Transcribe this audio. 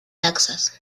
taksas